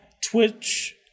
Twitch